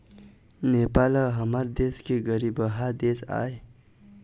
नेपाल ह हमर देश ले गरीबहा देश आय